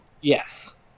Yes